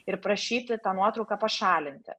ir prašyti tą nuotrauką pašalinti